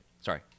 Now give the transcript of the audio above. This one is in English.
sorry